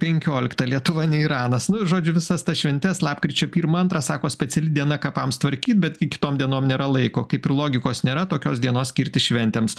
penkiolikta lietuva ne iranas nu žodžiu visas tas šventes lapkričio pirma antra sako speciali diena kapams tvarkyt bet kitom dienom nėra laiko kaip ir logikos nėra tokios dienos skirti šventėms